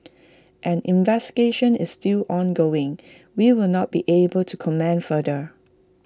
an investigation is still ongoing we will not be able to comment further